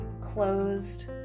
closed